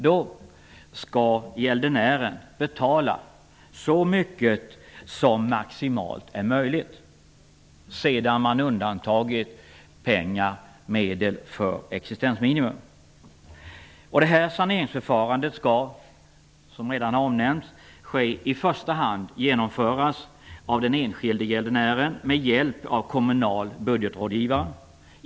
Då skall gäldenären betala så mycket som maximalt är möjligt sedan pengar, medel, undantagits för existensminimum. Det här saneringsförfarandet skall, som redan har omnämnts, i första hand genomföras av den enskilde gäldenären med hjälp av kommunal budgetrådgivare.